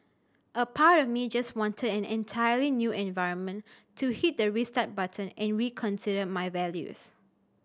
a part of me just wanted an entirely new environment to hit the restart button and reconsider my values